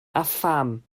paham